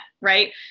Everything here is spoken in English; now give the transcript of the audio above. right